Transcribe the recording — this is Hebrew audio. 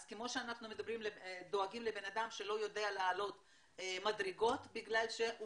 אז כמו שאנחנו דואגים לבן אדם שלא יודע לעלות מדרגות בגלל שהוא